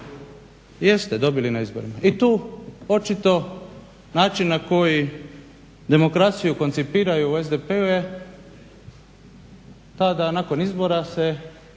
Jeste dobili na izborima i tu očito način na koji demokraciju koncipiraju u SDP-u je ta da nakon izbora se